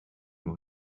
nur